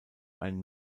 einen